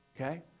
okay